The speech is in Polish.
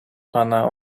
pana